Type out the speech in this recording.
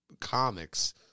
comics